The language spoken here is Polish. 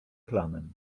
planem